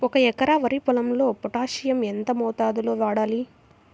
ఒక ఎకరా వరి పొలంలో పోటాషియం ఎంత మోతాదులో వాడాలి?